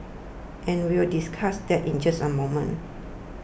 and we will discuss that in just an moment